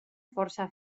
força